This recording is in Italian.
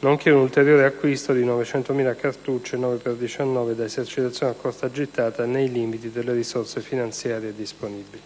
nonché un ulteriore acquisto di 900.000 cartucce calibro 9x19 da esercitazione a corta gittata, nei limiti delle risorse finanziarie disponibili.